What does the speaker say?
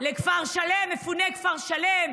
מפוני כפר שלם,